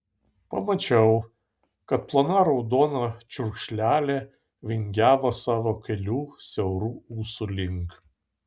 pamačiau kaip plona raudona čiurkšlelė vingiavo savo keliu siaurų ūsų link